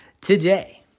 today